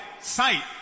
sight